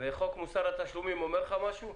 וחוק מוסר התשלומים אומר לך משהו?